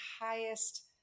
highest